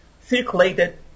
circulated